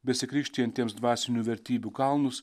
besikrikštijantiems dvasinių vertybių kalnus